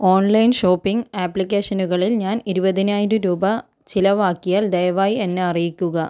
online shopping അപ്ലിക്കേഷനുകളിൽ ഞാൻ ഇരുപതിനായിരം രൂപ ചിലവാക്കിയാൽ ദയവായി എന്നെ അറിയിക്കുക